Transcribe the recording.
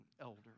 elder